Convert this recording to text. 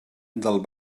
del